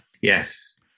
Yes